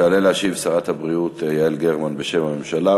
תעלה להשיב שרת הבריאות יעל גרמן בשם הממשלה,